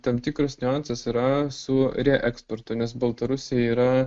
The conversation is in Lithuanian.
tam tikras niuansas yra su reeksportu nes baltarusija yra